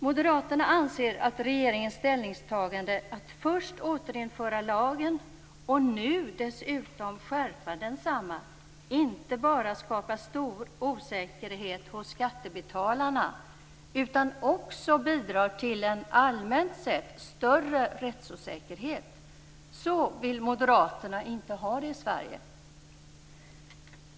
Moderaterna anser att regeringens ställningstagande att först återinföra lagen och nu dessutom skärpa den inte bara skapar stor osäkerhet hos skattebetalarna utan också bidrar till en allmänt sett större rättsosäkerhet. Så vill Moderaterna inte ha det i Sverige.